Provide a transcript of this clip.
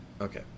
okay